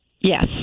Yes